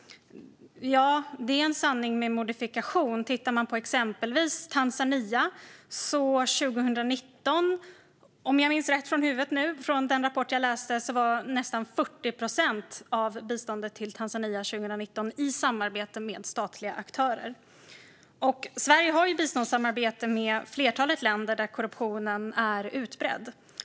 Det är en sanning med modifikation. Ett exempel är Tanzania. Om jag minns den rapport jag läste rätt skickades 2019 nästan 40 procent av biståndet till landet i samarbete med statliga aktörer. Sverige har biståndssamarbete med ett flertal länder där korruptionen är utbredd.